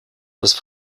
das